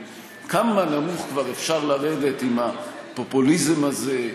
כמה נמוך כבר אפשר לרדת עם הפופוליזם הזה,